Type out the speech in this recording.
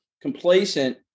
complacent